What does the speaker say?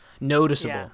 noticeable